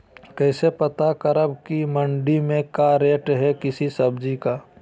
कैसे पता करब की मंडी में क्या रेट है किसी सब्जी का?